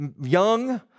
young